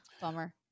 Bummer